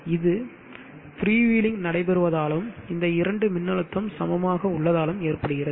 இது ஃப்ரீவீலிங் நடைபெறுவதாலும் இந்த இரண்டு மின்னழுத்தம் சமமாக உள்ளதாலும் ஏற்படுகிறது